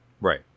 Right